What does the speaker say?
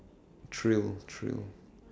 thrill thrill